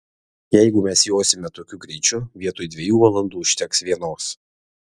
jeigu mes josime tokiu greičiu vietoj dviejų valandų užteks vienos